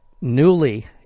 newly